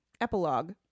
epilogue